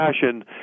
fashion